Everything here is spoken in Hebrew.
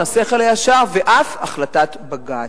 השכל הישר ואף החלטת בג"ץ.